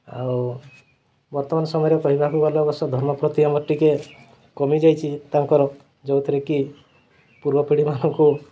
ଆଉ ବର୍ତ୍ତମାନ ସମୟରେ କହିବାକୁ ଗଲେ ଅବଶ୍ୟ ଧର୍ମ ପ୍ରତି ଆମର ଟିକିଏ କମିଯାଇଛି ତାଙ୍କର ଯେଉଁଥିରେକି ପୂର୍ବ ପିଢ଼ିମାନଙ୍କୁ